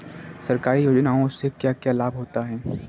सरकारी योजनाओं से क्या क्या लाभ होता है?